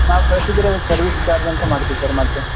ನಾವು ಕಳಿಸಿದ್ರೆ service charge ಅಂತ ಮಾಡ್ತೀವಿ ಸರ್ ಮತ್ತೆ